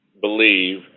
believe –